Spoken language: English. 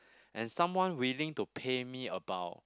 and someone willing to pay me about